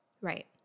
Right